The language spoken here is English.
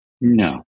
No